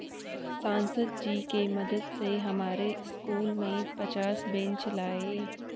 सांसद जी के मदद से हमारे स्कूल में पचास बेंच लाए